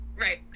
Right